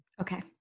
Okay